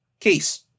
case